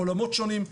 עולמות שונים,